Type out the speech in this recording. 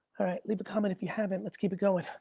all right, leave a comment if you haven't, let's keep it going.